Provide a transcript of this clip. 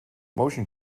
motion